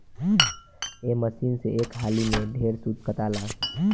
ए machine से एक हाली में ढेरे सूत काताला